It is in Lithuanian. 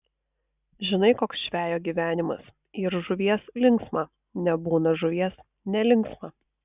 žinai koks žvejo gyvenimas yr žuvies linksma nebūna žuvies nelinksma